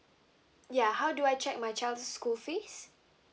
yeah how do I check my child's school fees